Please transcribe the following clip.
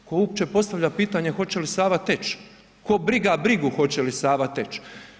Tko uopće postavlja pitanje hoće li Sava teći, ko briga brigu hoće li Sava teći?